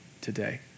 today